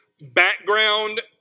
background